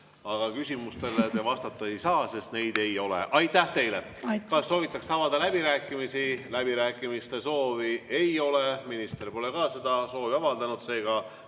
Aga küsimustele te vastata ei saa, sest neid ei ole. Aitäh teile! Aitäh! Kas soovitakse avada läbirääkimisi? Läbirääkimiste soovi ei ole. Minister pole ka seda soovi avaldanud,